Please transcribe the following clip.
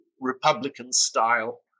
Republican-style